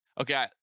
Okay